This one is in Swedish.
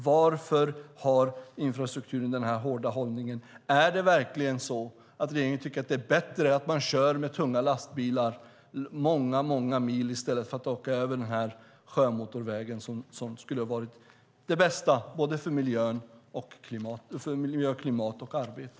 Varför har infrastrukturministern denna hårda hållning? Är det verkligen så att regeringen tycker att det är bättre att man kör med tunga lastbilar många mil i stället för att åka över denna sjömotorväg som skulle ha varit det bästa för miljö, klimat och arbete?